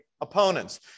opponents